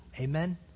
Amen